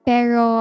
Pero